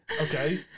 Okay